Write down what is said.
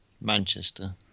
Manchester